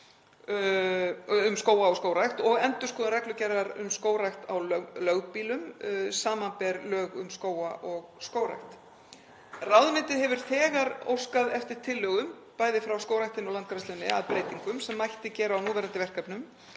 um skóga og skógrækt og endurskoðun reglugerðar um skógrækt á lögbýlum, sbr. lög um skóga og skógrækt. Ráðuneytið hefur þegar óskað eftir tillögum, bæði frá skógræktinni og landgræðslunni, að breytingum sem mætti gera á núverandi verkefnum